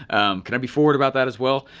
can i be forward about that as well.